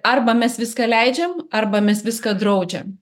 arba mes viską leidžiam arba mes viską draudžiam